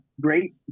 great